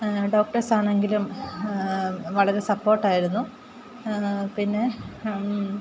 ഡോക്ടേഴ്സാണെങ്കിലും വളരെ സപ്പോട്ടായിരുന്നു പിന്നെ